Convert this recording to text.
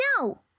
No